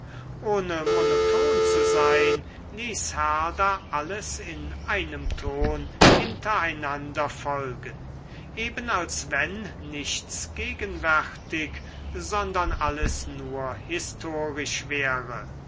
ohne monoton zu sein ließ herder alles in einem ton hinter einander folgen eben als wenn nichts gegenwärtig sondern alles nur historisch wäre